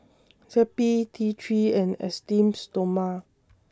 Zappy T three and Esteem Stoma